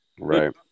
Right